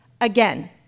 again